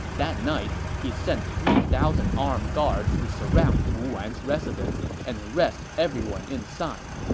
that night, he sent three thousand armed guards to surround fu wan's residence and arrest everyone inside.